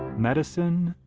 medicine,